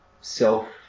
self